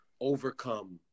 overcome